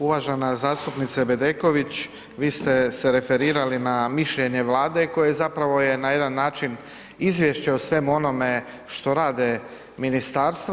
Uvažena zastupnice Bedeković, vi ste se referirali na mišljenje Vlade koje zapravo je na jedan način izvješće o svemu onome što rade ministarstva.